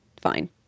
fine